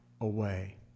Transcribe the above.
away